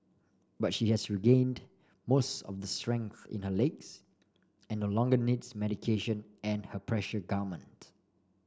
but she has regained most of the strength in her legs and no longer needs medication and her pressure garment